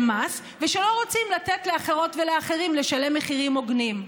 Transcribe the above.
מס ושלא רוצים לתת לאחרות ולאחרים לשלם מחירים הוגנים.